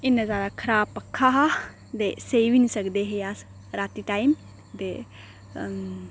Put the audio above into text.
इन्ना जैदा खराब पक्का हा ते सेई बी नेईं सकदे हे अस राती टाइम ते